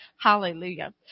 Hallelujah